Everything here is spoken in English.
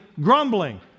grumbling